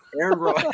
Aaron